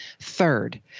third